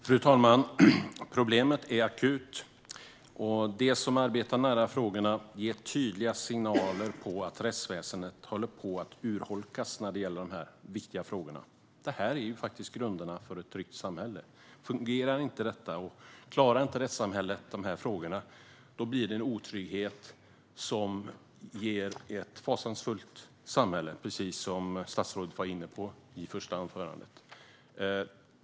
Fru talman! Problemet är akut. De som arbetar nära dessa viktiga frågor ger tydliga signaler om att rättsväsendet håller på att urholkas. Detta är faktiskt grunderna för ett tryggt samhälle. Om detta inte fungerar och rättssamhället inte klarar dessa frågor uppstår en otrygghet som ger ett fasansfullt samhälle, precis som statsrådet var inne på i sitt första anförande.